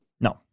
No